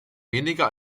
weniger